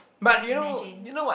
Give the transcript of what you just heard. can't imagine